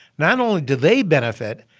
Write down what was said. not only did they benefit.